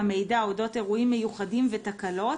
מידע אודות אירועים מיוחדים ותקלות,